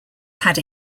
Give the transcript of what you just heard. had